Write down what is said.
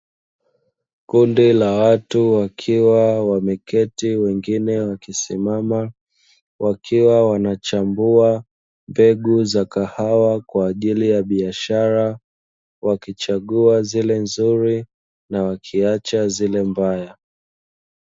Kundi la watu wakiwa wame keti wengine wakisimama, wakiwa wanachambua mbegu za kahawa kwa ajili ya biashara, wa kichagua zile nzuri, na wa kiacha zile mbaya.